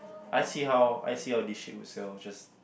I see how I see how this shit would sell just